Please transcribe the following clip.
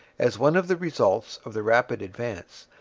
as one of the results of the rapid advance,